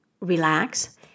relax